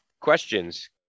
questions